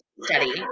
study